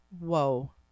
Whoa